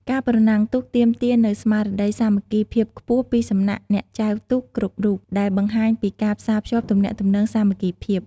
ការប្រណាំងទូកទាមទារនូវស្មារតីសាមគ្គីភាពខ្ពស់ពីសំណាក់អ្នកចែវទូកគ្រប់រូប ដែលបង្ហាញពីការផ្សារភ្ជាប់ទំនាក់ទំនងសាមគ្គីភាព ។